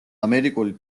ამერიკული